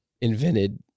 invented